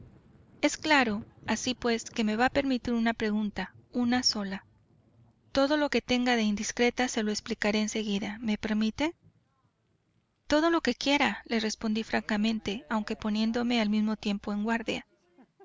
es claro así pues me va a permitir una pregunta una sola todo lo que tenga de indiscreta se lo explicaré en seguida me permite todo lo que quiera le respondí francamente aunque poniéndome al mismo tiempo en guardia